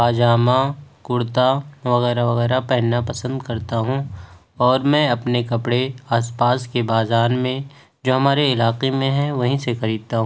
پاجامہ کرتا وغیرہ وغیرہ پہننا پسند کرتا ہوں اور میں اپنے کپڑے آس پاس کے بازار میں جو ہمارے علاقے میں ہیں وہیں سے خریدتا ہوں